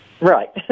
Right